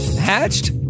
hatched